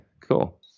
Cool